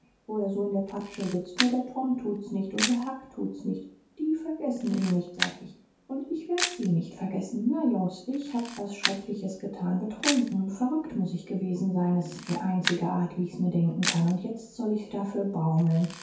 wo er so in der patsche sitzt nur der tom tut's nicht und der huck tut's nicht die vergessen ihn nicht sagt ich und ich werd sie nicht vergessen na jungs ich hab was schreckliches getan betrunken und verrückt muß ich gewesen sein s ist die einzige art wie ich's mir denken kann und jetzt soll ich dafür baumeln